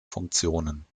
funktionen